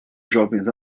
jovens